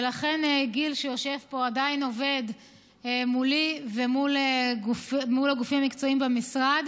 ולכן גיל שיושב פה עדיין עובד מולי ומול הגופים המקצועיים במשרד